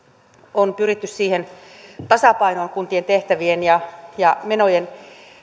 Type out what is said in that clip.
on pyritty siihen tasapainoon kuntien tehtävien ja ja menojen